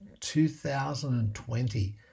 2020